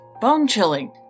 bone-chilling